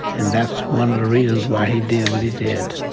and that's one of the reasons why he did what he did.